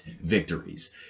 victories